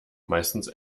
meistens